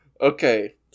Okay